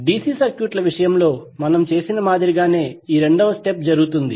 DC సర్క్యూట్ల విషయంలో మనము చేసిన మాదిరిగానే ఈ రెండవ స్టెప్ జరుగుతుంది